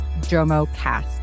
JOMOcast